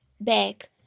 Back